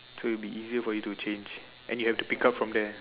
so it will be easier for you to change then you have to pick up from there